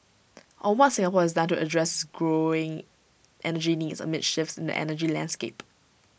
on what Singapore has done to address growing energy needs amid shifts in the energy landscape